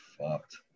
fucked